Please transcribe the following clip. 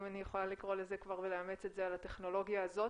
אם אני יכולה לקרוא לזה כבר ולאמץ את זה על הטכנולוגיה הזאת,